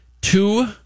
two